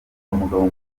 umugabo